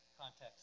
context